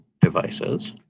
devices